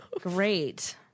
Great